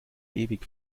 ewig